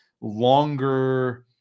longer